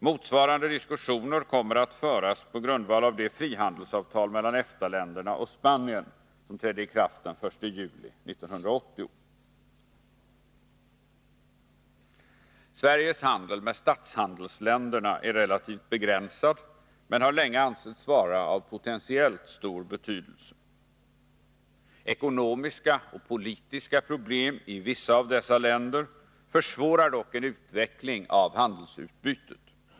Motsvarande diskussioner kommer att föras på grundval av det frihandelsavtal mellan EFTA-länderna och Spanien som trädde i kraft den 1 juli 1980. Sveriges handel med statshandelsländerna är relativt begränsad, men har länge ansetts vara av potentiellt stor betydelse. Ekonomiska och politiska problem i vissa av dessa länder försvårar dock en utveckling av handelsutbytet.